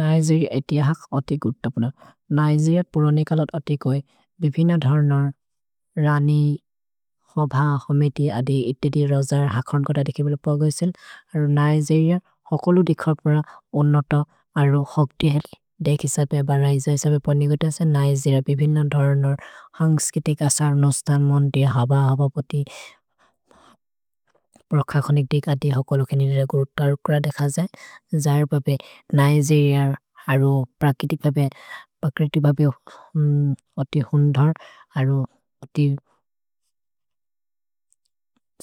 निगेरिअ एति हक् अतिक् गुर्त पुन। निगेरिअ पुरोने कलत् अतिक् होइ। भिभिन धर्नर्, रनि, होभ, होमेति अदि इति-इति रजर् हक् हन्कोद अदि केमेलो पगैसेल्। निगेरिअ हकोलु दिखपुर अनोत अरो हक् दिहलि। देखि सबे, बरै जै सबे पनिगुते असे निगेरिअ बिभिन धर्नर्। हन्ग्स्के तिक सर्नोस्तन् मोन्दि, हब हबपति, प्रख खनिक् दिख दि हकोलोके निरे गुर्त रुक्र देख जए। जर पपे निगेरिअ अरो प्रकिति पपे अति हुन्धर्, अति